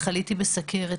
חליתי בסכרת,